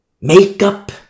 Makeup